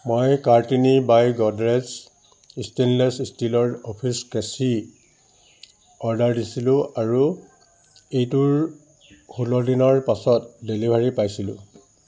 মই কাৰ্টিনী বাই গডৰেজ ষ্টেইনলেছ ষ্টীলৰ অফিচ কেঁচি অৰ্ডাৰ দিছিলোঁ আৰু এইটোৰ ষোল্ল দিনৰ পাছত ডেলিভাৰী পাইছিলোঁ